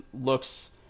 looks